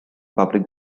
public